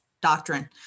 doctrine